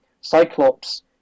Cyclops